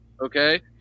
okay